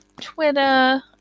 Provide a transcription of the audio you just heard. Twitter